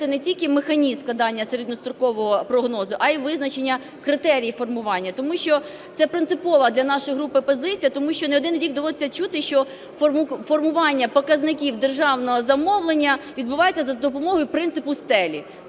не тільки механізм складання середньострокового прогнозу, а й визначення критеріїв формування, тому що це принципова для нашої групи позиція. Тому що не один рік доводиться чути, що формування показників державного замовлення відбувається за допомогою принципу стелі,